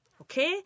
Okay